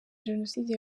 jenoside